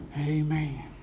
Amen